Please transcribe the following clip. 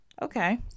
Okay